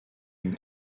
une